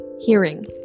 hearing